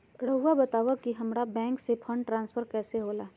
राउआ बताओ कि हामारा बैंक से फंड ट्रांसफर कैसे होला?